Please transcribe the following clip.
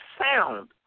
sound